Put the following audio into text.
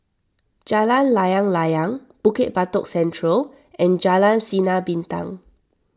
Jalan Layang Layang Bukit Batok Central and Jalan Sinar Bintang